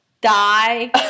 die